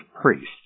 priests